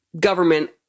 government